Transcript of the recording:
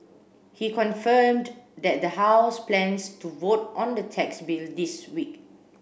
he confirmed that the house plans to vote on the tax bill this week